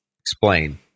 explain